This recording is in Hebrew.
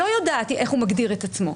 לא יודעת איך הוא מגדיר את עצמו.